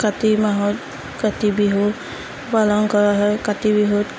কাতি মাহত কাতি বিহু পালন কৰা হয় কাতি বিহুত